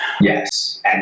Yes